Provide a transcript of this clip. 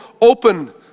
open